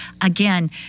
Again